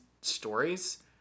stories